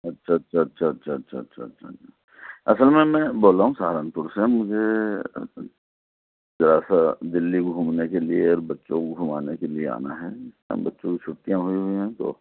اچھا اچھا اچھا اچھا اچھا اچھا اچھا اصل میں بول رہا ہوں سہارنپور سے مجھے ذرا سا دلّی گُھومنے کے لئے بچوں کو گُھمانے کے لئے آنا ہے اب بچوں کی چھٹیاں ہوئی ہوئی ہیں تو